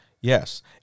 Yes